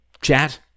chat